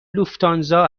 لوفتانزا